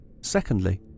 Secondly